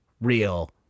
real